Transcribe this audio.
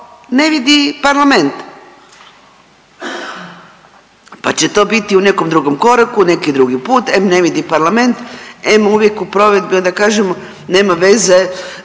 ne vidi Parlament, pa će to biti u nekom drugom koraku, neki drugi put, em ne vidi Parlament, em uvijek u provedbi onda kažemo nema veze,